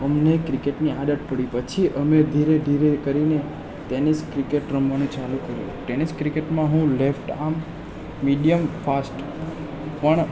અમને ક્રિકેટની આદત પડી પછી અમે ધીરે ધીરે કરીને ટેનિસ ક્રિકેટ રમવાનું ચાલુ કર્યું ટેનિસ ક્રિકેટમાં હું લેફ્ટ આર્મ મીડીયમ ફાસ્ટ પણ